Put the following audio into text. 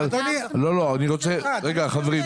אבל, לא, לא, אני רוצה, רגע חברים.